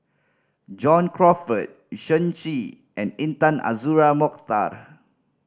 John Crawfurd Shen Xi and Intan Azura Mokhtar